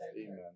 Amen